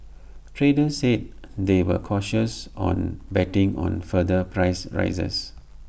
traders said they were cautious on betting on further price rises